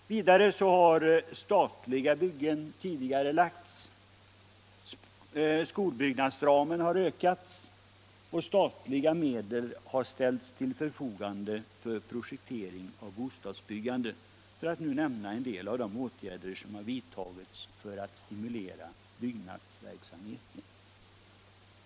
Vidare har statliga byggen tidigarelagts. Skolbyggnadsramen har ökats, och statliga medel har ställts till förfogande för projektering av bostadsbyggande, för att nu nämna en del av de åtgärder som vidtagits i syfte att stimulera byggnadsverksamheten.